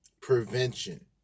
prevention